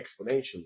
exponentially